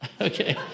Okay